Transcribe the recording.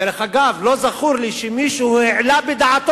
דרך אגב, לא זכור לי שמישהו אפילו העלה בדעתו